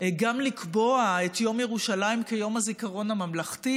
גם לקבוע את יום ירושלים כיום הזיכרון הממלכתי